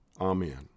Amen